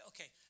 Okay